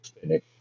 finish